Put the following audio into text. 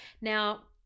Now